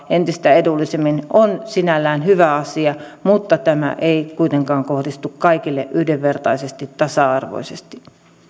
entistä edullisemmin on sinällään hyvä asia mutta tämä ei kuitenkaan kohdistu kaikille yhdenvertaisesti tasa arvoisesti